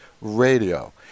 Radio